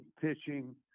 pitching